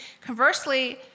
conversely